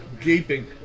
gaping